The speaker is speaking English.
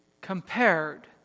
compared